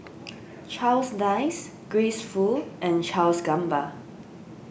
Charles Dyce Grace Fu and Charles Gamba